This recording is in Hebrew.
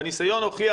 והניסיון הוכיח,